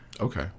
okay